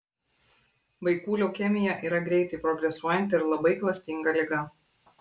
vaikų leukemija yra greitai progresuojanti ir labai klastinga liga